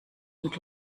und